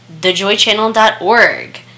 thejoychannel.org